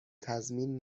تضمین